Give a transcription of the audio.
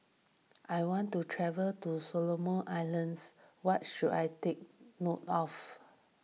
I want to travel to Solomon Islands what should I take note of